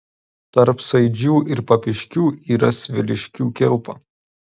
tarp saidžių ir papiškių yra sviliškių kilpa